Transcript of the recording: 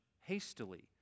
hastily